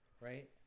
right